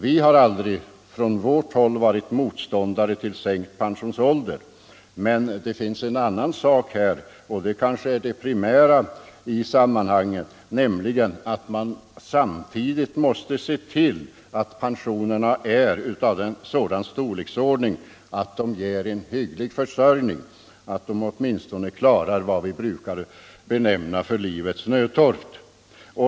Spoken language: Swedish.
Vi har aldrig från vårt håll varit motståndare till sänkt pensionsålder, men det finns en annan sida av den saken — och den är kanske det primära i sammanhanget - nämligen att man samtidigt måste se till, att pensionerna har sådan storlek att de ger en hygglig försörjning, att de åtminstone klarar vad vi brukar benämna livets nödtorft.